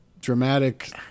dramatic